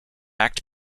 act